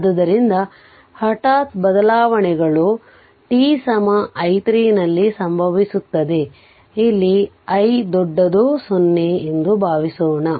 ಆದ್ದರಿಂದ ಹಠಾತ್ ಬದಲಾವಣೆಗಳು t i 3 ನಲ್ಲಿ ಸಂಭವಿಸುತ್ತದೆ ಅಲ್ಲಿ i 0 ಎಂದು ಭಾವಿಸೋಣ